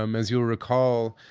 um as you'll recall,